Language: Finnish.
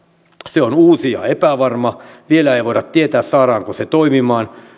se on uusi ja epävarma vielä ei voida tietää saadaanko se toimimaan